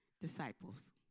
disciples